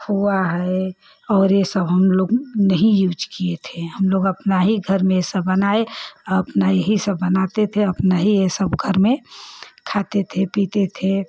खोआ है और यह सब हमलोग नहीं यूज़ किए थे हमलोग अपना ही घर में सब बनाए अपना यही सब बनाते थे अपना ही यह सब घर में खाते थे पीते थे